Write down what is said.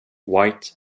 white